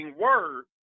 word